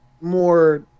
more